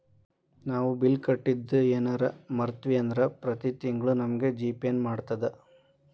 ನಾವು ಬಿಲ್ ಕಟ್ಟಿದ್ದು ಯೆನರ ಮರ್ತ್ವಿ ಅಂದ್ರ ಪ್ರತಿ ತಿಂಗ್ಳು ನಮಗ ಜಿ.ಪೇ ನೆನ್ಪ್ಮಾಡ್ತದ